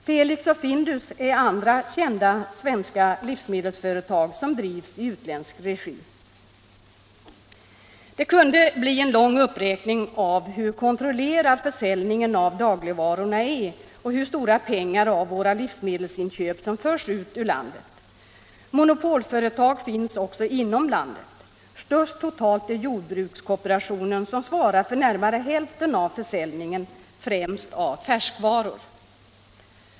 Felix och Findus är andra kända svenska livsmedelsföretag som drivs i utländsk regi. Det kunde bli en lång uppräkning av hur kontrollerad försäljningen av dagligvarorna är, och hur stora pengar av våra livsmedelsinköp som förs ut ur landet. Monopolföretag finns också inom landet. Störst totalt är jordbrukskooperationen som svarar för närmare hälften av försäljningen främst av färskvaror.